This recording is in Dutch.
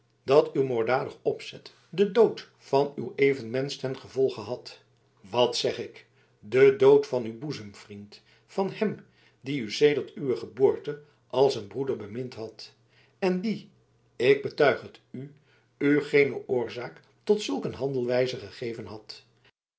dat uw moorddadig opzet den dood van uw evenmensch ten gevolge had wat zeg ik den dood van uw boezemvriend van hem die u sedert uwe geboorte als een broeder bemind had en die ik betuig het u u geene oorzaak tot zulk een handelwijze gegeven had